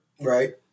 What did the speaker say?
Right